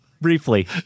briefly